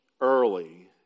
Early